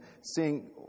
seeing